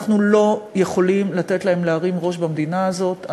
אנחנו לא יכולים לתת להם להרים ראש במדינה הזאת,